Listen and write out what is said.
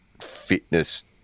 fitness